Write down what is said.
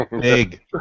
Big